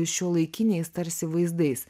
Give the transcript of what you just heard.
šiuolaikiniais tarsi vaizdais